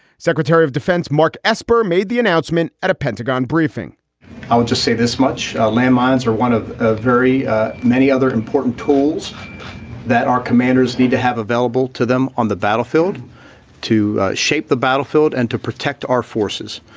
secretary of defense mark esper made the announcement at a pentagon briefing i would just say this much ah landmines are one of ah very many other important tools that our commanders need to have available to them on the battlefield to shape the battlefield and to protect our forces.